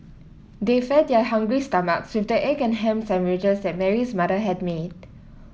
they fed their hungry stomachs with the egg and ham sandwiches that Mary's mother had made